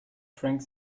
frank